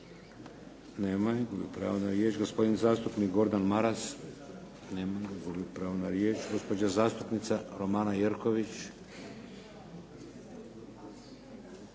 Nema je. Gubi pravo na riječ. Gospodin zastupnik Gordan Maras. Nema ga. Gubi pravo na riječ. Gospođa zastupnica Romana Jerković.